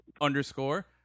underscore